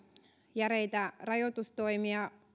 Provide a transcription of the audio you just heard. järeitä rajoitustoimia